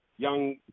Young